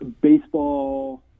baseball